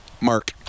Mark